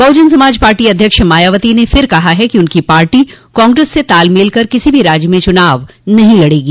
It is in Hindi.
बहुजन समाज पार्टी अध्यक्ष मायावती ने फिर कहा है कि उनकी पार्टी कांग्रेस से तालमेल कर किसी भी राज्य में चुनाव नहीं लड़ेगी